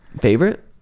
Favorite